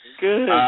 Good